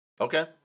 Okay